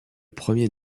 premier